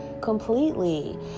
completely